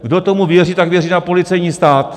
Kdo tomu věří, tak věří na policejní stát.